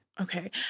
Okay